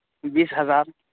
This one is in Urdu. بیس ہزار